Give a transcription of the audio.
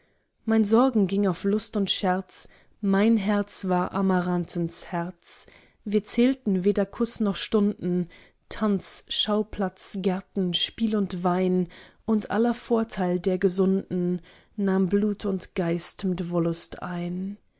mein sorgen ging auf lust und scherz mein herz war amaranthens herz wir zählten weder kuß noch stunden tanz schauplatz gärten spiel und wein und aller vorteil der gesunden nahm blut und geist mit wollust ein